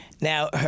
Now